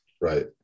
Right